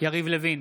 יריב לוין,